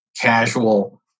casual